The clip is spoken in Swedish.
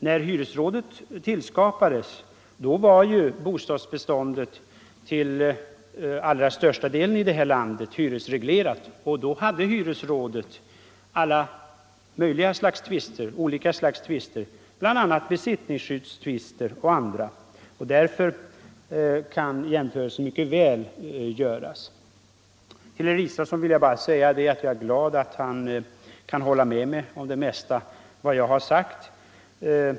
När hyresrådet tillskapades var bostadsbeståndet här i landet till allra största delen hyresreglerat, och då hade hyresrådet hand om alla möjliga slags tvister, bl.a. besittningsskyddstvister. Därför kan jämförelsen mycket väl göras. Jag är glad över att herr Israelsson kan hålla med om det mesta jag har sagt.